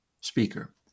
speaker